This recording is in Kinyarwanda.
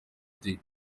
deux